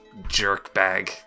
jerkbag